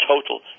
Total